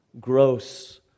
gross